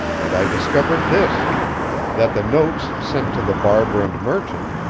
and i discovered this that the notes sent to the barber and merchant,